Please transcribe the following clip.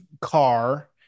car